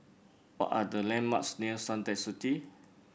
what are the landmarks near Suntec City